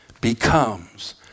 becomes